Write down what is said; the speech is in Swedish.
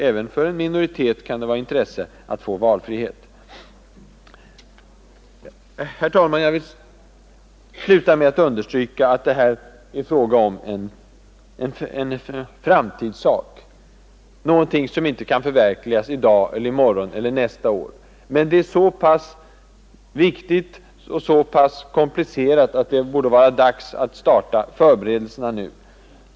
Herr talman! Jag vill understryka att det här är en framtidssak, någonting som inte kan förverkligas i dag eller i morgon eller nästa år. Men det är en så pass viktig och komplicerad fråga att det är dags att starta förberedelserna nu.